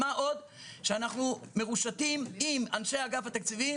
מה עוד שאנחנו מרושתים עם אנשי אגף התקציבים